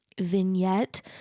vignette